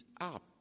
up